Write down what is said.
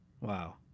Wow